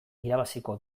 irabaziko